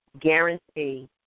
guarantee